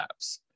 apps